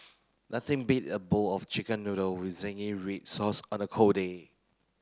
nothing beat a bowl of chicken noodle with zingy red sauce on a cold day